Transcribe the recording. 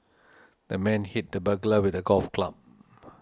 the man hit the burglar with a golf club